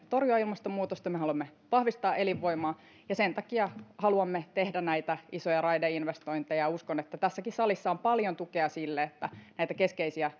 torjua ilmastonmuutosta me haluamme vahvistaa elinvoimaa ja sen takia haluamme tehdä näitä isoja raideinvestointeja uskon että tässäkin salissa on paljon tukea sille että näitä keskeisiä